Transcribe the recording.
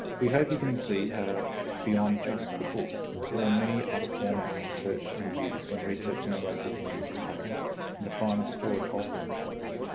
we hope you can see beyond just the books, there are many other formats to search and use when researching the local history of a place and to find the story of that place,